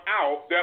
out